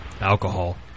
alcohol